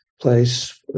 place